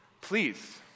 please